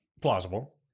plausible